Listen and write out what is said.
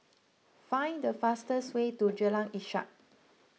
find the fastest way to Jalan Ishak